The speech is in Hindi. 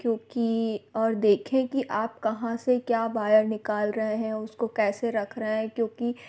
क्योंकि और देखें कि आप कहाँ से क्या बायर निकाल रहे हैं उसको कैसे रख रहे हैं क्योंकि